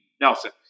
Nelson